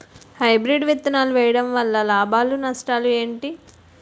Hybrid విత్తనాలు వేయటం వలన లాభాలు నష్టాలు ఏంటి?